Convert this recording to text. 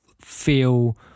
feel